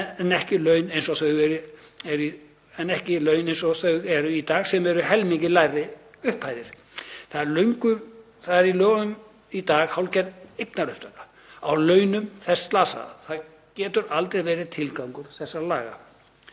en ekki launin eins og þau eru í dag sem eru helmingi lægri upphæðir. Í lögum í dag er hálfgerð eignaupptaka á launum þess slasaða. Það getur aldrei verið tilgangur þessara laga.